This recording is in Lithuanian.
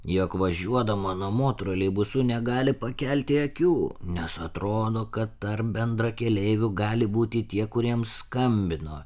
jog važiuodama namo troleibusu negali pakelti akių nes atrodo kad tarp bendrakeleivių gali būti tie kuriems skambino